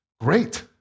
Great